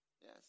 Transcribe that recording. Yes